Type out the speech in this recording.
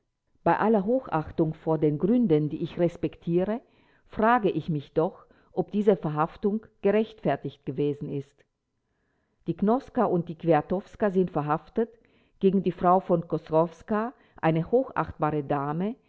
bei aller hochachtung vor den gründen die ich respektiere frage ich mich doch ob diese verhaftung gerechtfertigt gewesen ist die knoska und die kwiatkowska sind verhaftet gegen die frau von koszorowska eine hochachtbare dame